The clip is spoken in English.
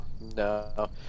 no